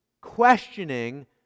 questioning